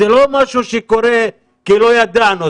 זה לא משהו שקורה כי לא ידענו,